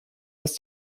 dass